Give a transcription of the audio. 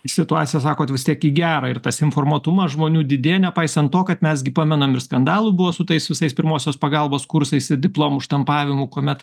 situacija sakot vis tiek į gera ir tas informuotumas žmonių didėja nepaisant to kad mes gi pamenam ir skandalų buvo su tais visais pirmosios pagalbos kursais ir diplomų štampavimu kuomet